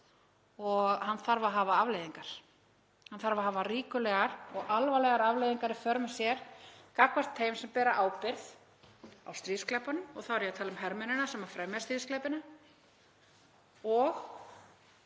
og hann þarf að hafa afleiðingar. Hann þarf að hafa ríkulegar og alvarlegar afleiðingar í för með sér gagnvart þeim sem bera ábyrgð á stríðsglæpunum og þá er ég að tala um hermennina sem fremja stríðsglæpi og